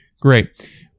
Great